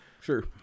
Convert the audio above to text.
Sure